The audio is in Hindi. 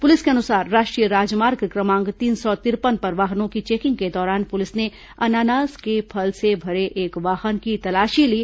पुलिस के अनुसार राष्ट्रीय राजमार्ग क्रमांक तीन सौ तिरपन पर वाहनों की चेकिंग के दौरान पुलिस ने अनानास के फल से भरे एक वाहन की तलाशी ली